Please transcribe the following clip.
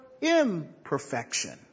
imperfection